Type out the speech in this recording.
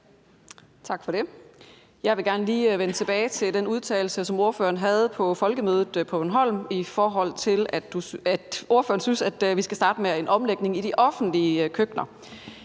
Tak for det. Jeg vil gerne lige vende tilbage til den udtalelse, som ordføreren kom med på folkemødet på Bornholm, i forhold til at ordføreren synes, at vi skal starte med en omlægning i de offentlige køkkener.